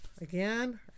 again